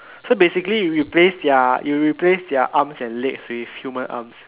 so basically you replace ya you replace ya their arms and legs with human arms